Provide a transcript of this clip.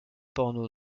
porno